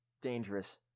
dangerous